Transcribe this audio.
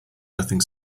nothing